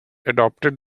adopted